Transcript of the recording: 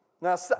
Now